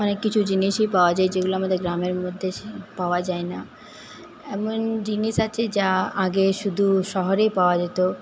অনেক কিছু জিনিসই পাওয়া যায় যেগুলো আমাদের গ্রামের মধ্যে পাওয়া যায় না এমন জিনিস আছে যা আগে শুধু শহরেই পাওয়া যেতো